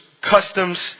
customs